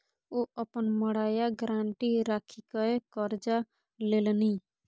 ओ अपन मड़ैया गारंटी राखिकए करजा लेलनि